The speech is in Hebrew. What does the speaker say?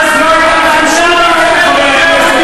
אז לא הייתה להם שום בעיה,